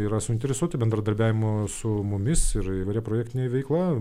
yra suinteresuoti bendradarbiavimu su mumis yra įvairia projektinė veikla